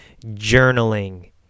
journaling